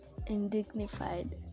indignified